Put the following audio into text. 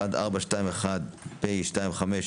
פ/1421/25.